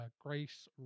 Grace